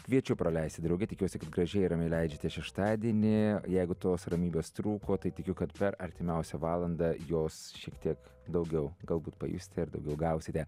kviečiu praleisti drauge tikiuosi kad gražiai ramiai leidžiate šeštadienį jeigu tos ramybės trūko tai tikiu kad per artimiausią valandą jos šiek tiek daugiau galbūt pajusti ir daugiau gausite